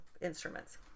instruments